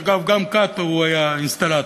אגב, גם קאטו היה אינסטלטור,